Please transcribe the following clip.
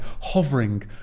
hovering